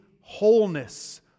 wholeness